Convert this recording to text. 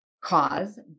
cause